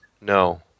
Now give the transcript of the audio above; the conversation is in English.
No